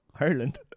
Ireland